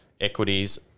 Equities